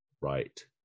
right